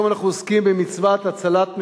היום אנחנו עוסקים במצוות הצלת נפשות.